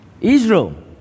Israel